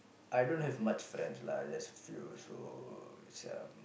I don't have much friends lah just a few so some